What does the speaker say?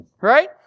right